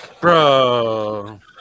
Bro